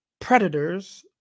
predators